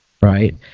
Right